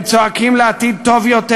הם צועקים לעתיד טוב יותר,